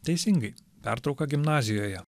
teisingai pertrauka gimnazijoje